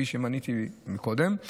כפי שמניתי מקודם,